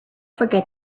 forget